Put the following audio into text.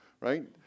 Right